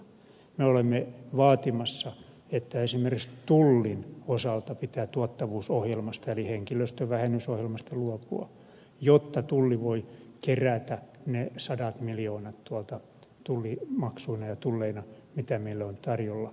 me olemme vaatimassa että esimerkiksi tullin osalta pitää tuottavuusohjelmasta eli henkilöstön vähennysohjelmasta luopua jotta tulli voi kerätä ne sadat miljoonat tullimaksuina ja tulleina mitä meille on tarjolla